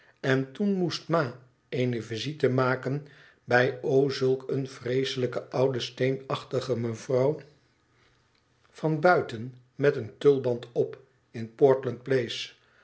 en toen moest ma eene visite maken bij o zulk eene vreeselijke oude steenachtige mevrouw van buiten met een tulband op in portland place